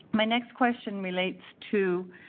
my next question relates to